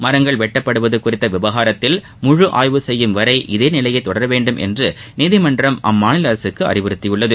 மரங்கள் வெட்டப்படுவது குறித்த விவகாரத்தில் முழு ஆய்வு செய்யும் வரை இதே நிலையே தொடர வேண்டும் என்று நீதிமன்றம் அம்மாநில அரசுக்கு அறிவுறுத்தியுள்ளது